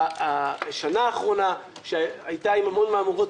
שהשנה האחרונה שהייתה עם המון מהמורות,